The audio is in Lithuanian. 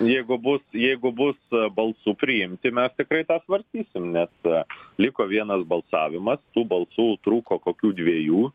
jeigu bus jeigu bus balsų priimti mes tikrai tą svarstysim nes liko vienas balsavimas tų balsų trūko kokių dviejų